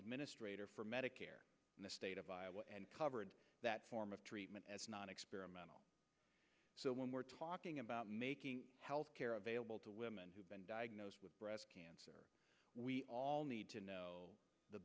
administrator for medicare in the state of iowa and covered that form of treatment as not experimental so when we're talking about making health care available to women who've been diagnosed with breast cancer we all need to know the